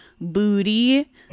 booty